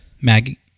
Maggie